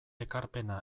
ekarpena